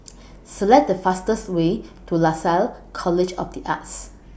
Select The fastest Way to Lasalle College of The Arts